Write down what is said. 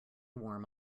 warm